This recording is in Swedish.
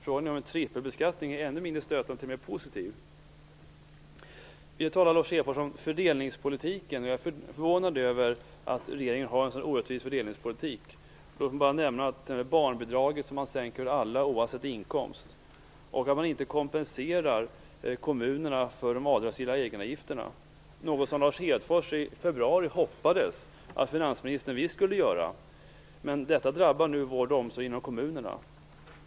Frågan är om en trippelbeskattning är ännu mindre stötande eller t.o.m. positiv. Vidare talade Lars Hedfors om fördelningspolitiken. Jag är förvånad över att regeringen har en sådan orättvis fördelningspolitik. Låt mig bara nämna barnbidraget, som man sänker för alla oavsett inkomst. Inte heller kompenserar man kommunerna för de avdragsgilla egenavgifterna, något som Lars Hedfors i februari hoppades att finansministern skulle göra. Detta drabbar nu vård och omsorg inom kommunerna.